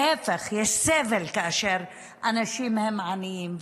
להפך, יש סבל כאשר אנשים הם עניים.